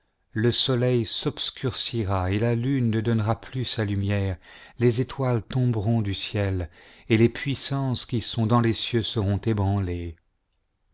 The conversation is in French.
le soleil s'obscurcira et la lune ne donnera plus sa lumière les étoiles tomberont du ciel et les puissanselon s matthieu ces des cieux seront ébranlées